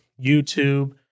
YouTube